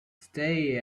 stay